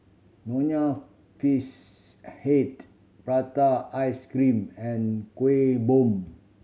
Nonya Fish Head prata ice cream and Kueh Bom